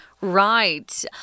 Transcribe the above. Right